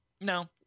No